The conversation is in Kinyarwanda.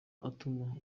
atuma